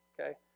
Okay